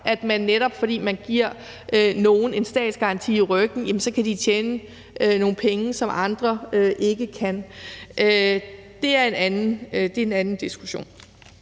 at netop fordi man giver nogleen statsgaranti i ryggen, så kan de tjene nogle penge, som andre ikke kan. Det er en anden diskussion.